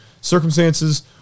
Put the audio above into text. circumstances